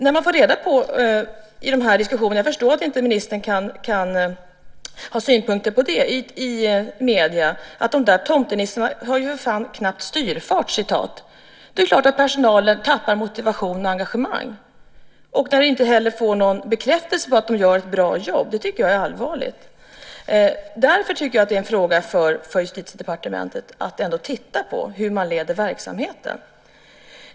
Jag förstår att ministern inte kan ha synpunkter på det här, men när det sägs saker i medierna som att "de där tomtenissarna har ju för fan knappt styrfart!" är det klart att personalen tappar motivation och engagemang. Den får inte heller någon bekräftelse på att den gör ett bra jobb. Det tycker jag att är allvarligt. Därför tycker jag att det ändå är en fråga för Justitiedepartementet att titta på hur man leder verksamheten.